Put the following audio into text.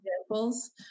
examples